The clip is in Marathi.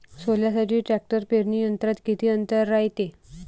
सोल्यासाठी ट्रॅक्टर पेरणी यंत्रात किती अंतर रायते?